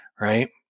right